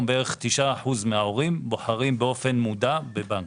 בערך 9% מההורים בוחרים באופן מודע בבנק.